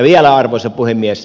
vielä arvoisa puhemies